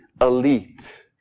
elite